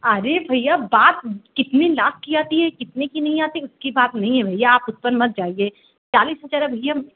अरे भैया बात कितने लाख की आती है कितने की नहीं आती है उसकी बात नहीं है भैया आप उस पर नहीं जाइए चालीस हज़ार भैया